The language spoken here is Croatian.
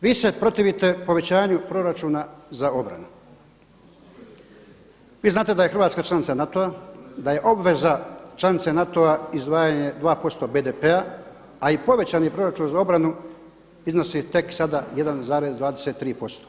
Vi se protivite povećanju proračuna za obranu, vi znate da je Hrvatska članica NATO-a, da je obveza članice NATO-a izdvajanje 2% BDP-a i povećani je proračun za obranu iznosi tek sada 1,23%